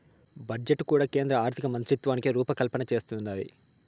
budget కూడా కేంద్ర ఆర్థికమంత్రిత్వకాకే రూపకల్పన చేస్తందాది